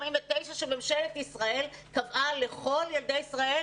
שממשלת ישראל קבעה לכל ילדי ישראל.